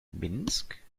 minsk